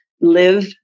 live